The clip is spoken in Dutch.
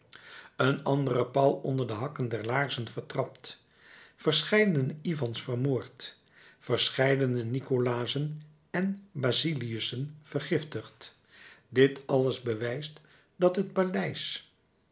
een andere paul onder de hakken der laarzen vertrapt verscheidene ivans vermoord verscheidene nicolazen en basiliussen vergiftigd dit alles bewijst dat het paleis